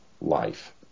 life